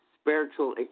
spiritual